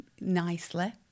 nicely